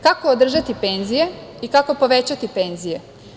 Kako održati penzije i kako povećati penzije?